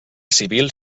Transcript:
civil